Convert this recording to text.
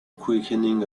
quickening